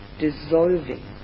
dissolving